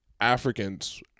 Africans